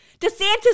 DeSantis